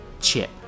Chip